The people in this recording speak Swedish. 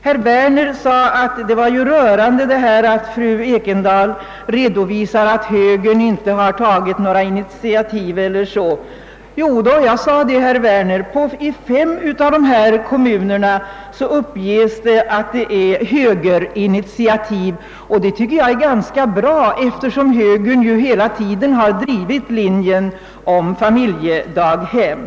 Herr Werner tyckte det var rörande att jag inte redovisade att högern tagit några initiativ i detta fall, men jag sade att i fyra av de kommuner jag talade om hade det uppgivits att initiativet var högerns. Det tycker jag är ganska bra, herr Werner, eftersom högern hela tiden har drivit linjen med familjedaghem.